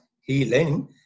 healing